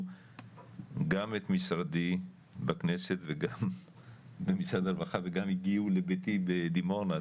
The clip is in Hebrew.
גם את משרדי בכנסת וגם במשרד הרווחה וגם הגיעו לביתי בדימונה,